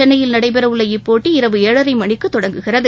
சென்னையில் நடைபெறவுள்ள இப்போட்டி இரவு ஏழரை மணிக்கு தொடங்கிறது